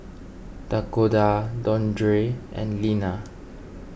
Dakoda Dondre and Linna